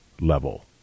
level